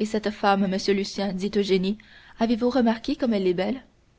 et cette femme monsieur lucien dit eugénie avez-vous remarqué comme elle est belle